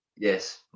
yes